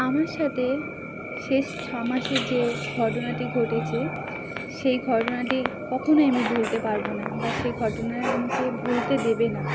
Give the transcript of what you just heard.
আমার সাথে শেষ ছ মাসে যে ঘটনাটি ঘটেছে সেই ঘটনাটি কখনোই আমি ভুলতে পারব না বা সে ঘটনা আমাকে ভুলতে দেবে না